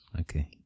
Okay